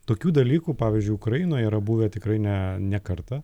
tokių dalykų pavyzdžiui ukrainoj yra buvę tikrai ne ne kartą